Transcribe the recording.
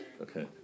Okay